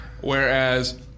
Whereas